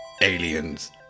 Aliens